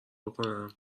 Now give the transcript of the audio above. بکنم